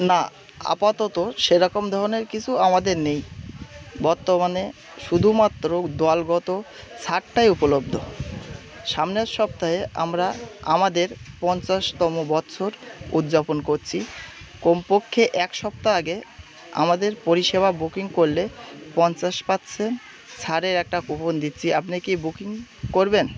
না আপাতত সেরকম ধরনের কিছু আমাদের নেই বর্তমানে শুধুমাত্র দলগত ছাড়টাই উপলব্ধ সামনের সপ্তাহে আমরা আমাদের পঞ্চাশতম বৎসর উদযাপন করছি কমপক্ষে এক সপ্তাহ আগে আমাদের পরিষেবা বুকিং করলে পঞ্চাশ পার্সেন্ট ছাড়ের একটা কুপন দিচ্ছি আপনি কি বুকিং করবেন